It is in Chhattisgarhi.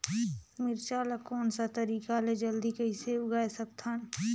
मिरचा ला कोन सा तरीका ले जल्दी कइसे उगाय सकथन?